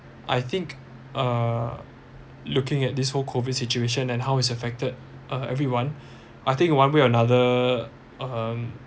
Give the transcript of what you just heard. I think uh looking at this whole COVID situation and how it's affected uh everyone I think one way or another um